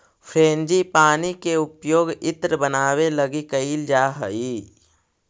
frangipani के उपयोग इत्र बनावे लगी कैइल जा हई